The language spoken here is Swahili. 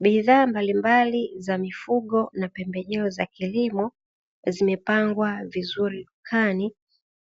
Bidhaa mbalimbali za mifugo na pembejeo za kilimo zimepangwa vizuri dukani